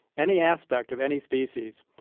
any aspect of any species,